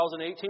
2018